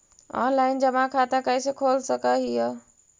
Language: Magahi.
ऑनलाइन जमा खाता कैसे खोल सक हिय?